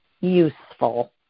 useful